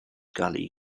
gully